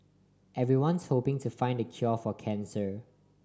everyone's hoping to find the cure for cancer